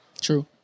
True